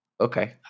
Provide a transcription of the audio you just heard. Okay